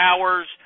hours